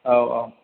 औ औ